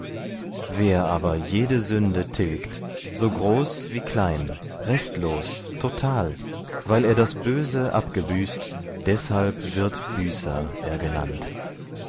wer aber jede sünde tilgt so groß wie klein restlos total weil er das böse abgebüßt deshalb wird büßer er genannt